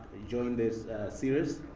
join this series,